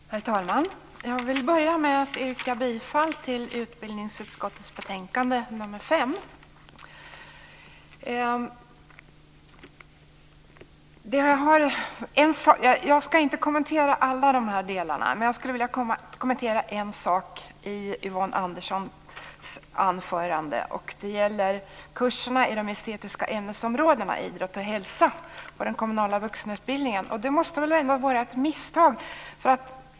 Herr talman! Jag vill börja med att yrka bifall till hemställan i utbildningsutskottets betänkande nr 5. Jag ska inte kommentera alla delarna, men jag vill kommentera en sak i Yvonne Anderssons anförande. Det gäller kurserna inom de estetiska ämnesområdena idrott och hälsa och den kommunala vuxenutbildningen. Det måste väl ändå vara ett misstag.